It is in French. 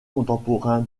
contemporain